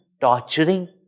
torturing